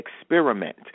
experiment